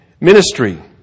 ministry